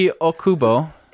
Okubo